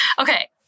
okay